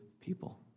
people